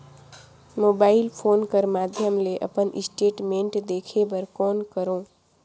Mobile phone कर माध्यम ले अपन स्टेटमेंट देखे बर कौन करों?